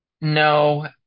no